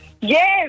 Yes